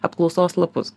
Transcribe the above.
apklausos lapus